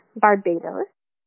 Barbados